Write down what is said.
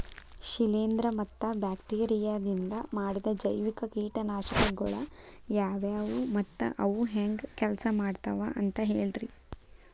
ಶಿಲೇಂಧ್ರ ಮತ್ತ ಬ್ಯಾಕ್ಟೇರಿಯದಿಂದ ಮಾಡಿದ ಜೈವಿಕ ಕೇಟನಾಶಕಗೊಳ ಯಾವ್ಯಾವು ಮತ್ತ ಅವು ಹೆಂಗ್ ಕೆಲ್ಸ ಮಾಡ್ತಾವ ಅಂತ ಹೇಳ್ರಿ?